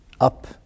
up